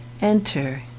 enter